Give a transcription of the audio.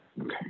Okay